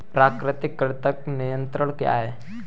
प्राकृतिक कृंतक नियंत्रण क्या है?